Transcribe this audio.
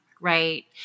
right